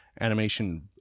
animation